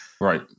Right